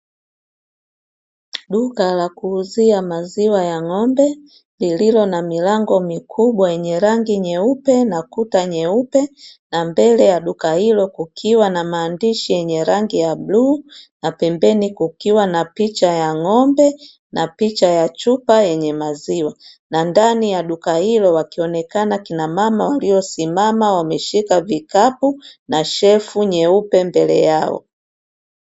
Duka la kuuzia maziwa ya ngombe , lililo na milango mikubwa yenye rangi nyeupe na Kuta nyeupe na mbele ya duka hilo kukiwa na maandishi nyenye rangi ya bluu na pembeni kukiwa na picha ya ngombe, na picha chupa yenye maziwa. Na ndani ya duka hilo wakionekana wakina mama waliosimama wameshika vikapu na shefu nyeupe mbele yao.